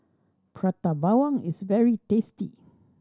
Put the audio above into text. Prata Bawang is very tasty